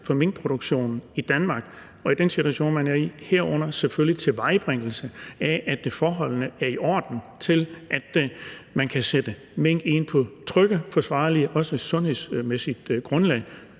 for minkproduktionen i Danmark i forhold til den situation, vi er i, herunder selvfølgelig tilvejebringelse af, at forholdene er i orden, så man kan sætte mink ind på et trygt, forsvarligt og også sundhedsmæssigt grundlag?